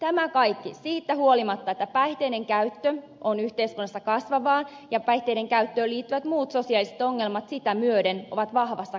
tämä kaikki siitä huolimatta että päihteiden käyttö on yhteiskunnassa kasvavaa ja päihteiden käyttöön liittyvät muut sosiaaliset ongelmat sitä myöden ovat vahvassa kasvussa